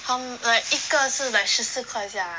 tom~ like 一个是 like 十四块 sia